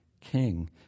King